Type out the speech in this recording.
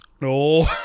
No